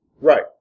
Right